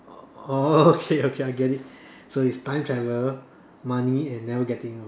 oh okay okay I get it so it's time travel money and never getting old